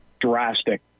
Drastic